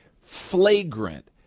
flagrant